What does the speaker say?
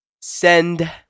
Send